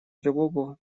тревогу